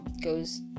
goes